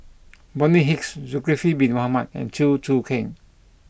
Bonny Hicks Zulkifli bin Mohamed and Chew Choo Keng